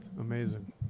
Amazing